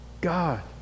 God